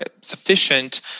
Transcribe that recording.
sufficient